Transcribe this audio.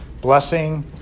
blessing